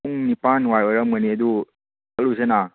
ꯄꯨꯡ ꯅꯤꯄꯥꯟꯋꯥꯏ ꯑꯣꯏꯔꯝꯒꯅꯤ ꯑꯗꯨ ꯆꯠꯂꯨꯁꯤꯗꯅ